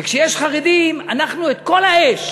וכשיש חרדים אנחנו את כל האש